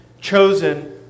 chosen